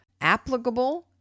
applicable